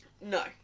No